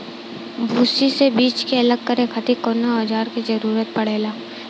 भूसी से बीज के अलग करे खातिर कउना औजार क जरूरत पड़ेला?